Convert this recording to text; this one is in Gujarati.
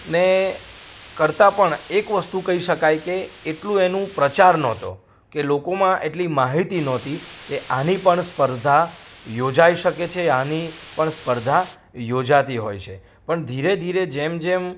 ને કરતા પણ એક વસ્તુ કહી શકાય કે એટલું એનું પ્રચાર નહોતો કે લોકોમાં એટલી માહિતી નહોતી કે આની પણ સ્પર્ધા યોજાઈ શકે છે આની પણ સ્પર્ધા યોજાતી હોય છે પણ ધીરે ધીરે જેમ જેમ